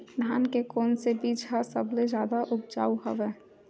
धान के कोन से बीज ह सबले जादा ऊपजाऊ हवय?